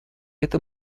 это